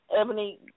Ebony